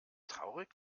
traurig